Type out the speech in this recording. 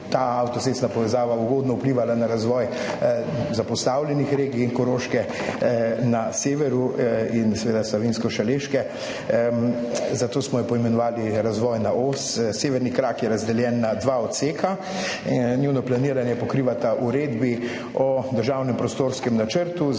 ta avtocestna povezava ugodno vplivala na razvoj zapostavljenih regij, Koroške na severu in seveda Savinjsko-šaleške, zato smo jo poimenovali razvojna os. Severni krak je razdeljen na dva odseka. Njuno planiranje pokrivata uredbi o državnem prostorskem načrtu.